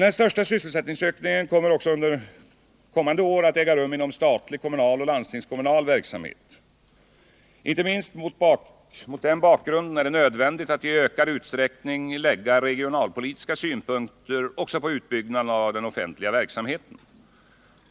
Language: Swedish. Den största sysselsättningsökningen kommer dock även under kommande år att äga rum inom statlig, kommunal och landstingskommunal verksamhet. Inte minst mot den bakgrunden är det nödvändigt att i ökad utsträckning lägga regionalpolitiska synpunkter också på utbyggnaden av den offentliga verksamheten.